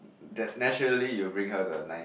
that naturally you will bring her to a nice